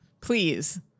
please